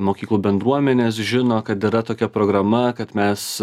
mokyklų bendruomenės žino kad yra tokia programa kad mes